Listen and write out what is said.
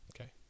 Okay